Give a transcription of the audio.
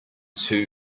too